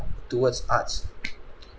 towards arts